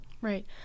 Right